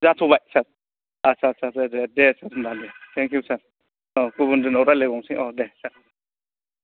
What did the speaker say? जाथ'बाय सार आटसा आटसा सार दे होनबा दे थेंक इउ सार औ गुबुन दिनाव रालायबावसै औ दे सार